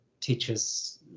teachers